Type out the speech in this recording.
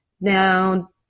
Now